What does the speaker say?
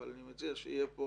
אבל אני מציע שיהיה פה